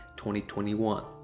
2021